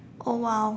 oh !wow!